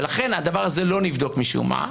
הדבר הזה לא נבדק משום מה.